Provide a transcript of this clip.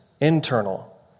internal